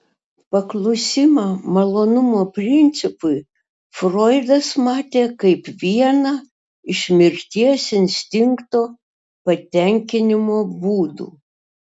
paklusimą malonumo principui froidas matė kaip vieną iš mirties instinkto patenkinimo būdų